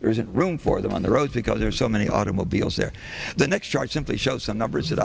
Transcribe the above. there isn't room for them on the roads because there are so many automobiles there the next chart simply shows some numbers that